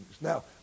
Now